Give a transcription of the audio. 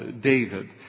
David